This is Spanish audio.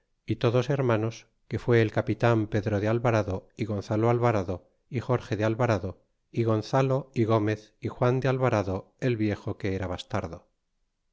y todos hermanos que fue el capitan pedro de alvarado y gonzalo alvarado y jorje de alvarado y gonzalo y gomez y juan de alvarado el viejo que era bastardo